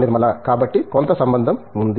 నిర్మలా కాబట్టి కొంత సంబంధం ఉంది